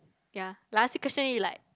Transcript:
ya like I ask him question he like